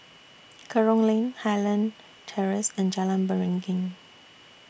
Kerong Lane Highland Terrace and Jalan Beringin